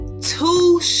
two